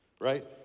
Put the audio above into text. Right